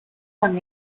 τον